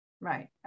Right